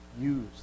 use